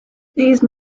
these